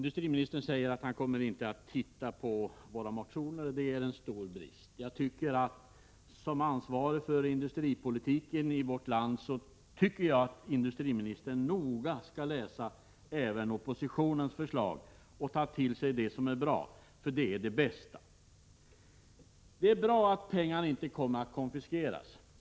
Herr talman! Hugo Hegeland ville ha förnyelsefonder för att öka regeringens kompetens.